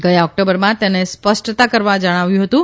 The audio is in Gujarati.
ગયા ઓકટોબરમાં તેને સ્પષ્ટતા કરવા જણાવ્યું હતું